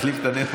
)